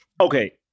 Okay